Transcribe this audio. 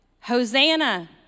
Hosanna